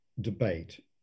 debate